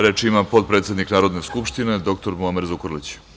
Reč ima potpredsednik Narodni skupštine dr Muamer Zukorlić.